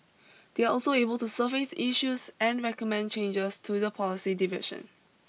they are also able to surface issues and recommend changes to the policy division